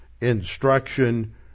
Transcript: instruction